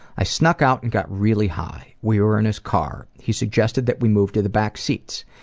i snuck out and got really high. we were in his car. he suggested that we move to the back seats.